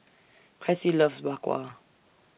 Cressie loves Bak Kwa